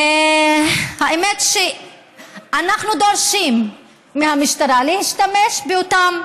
האמת, אנחנו דורשים מהמשטרה להשתמש באותם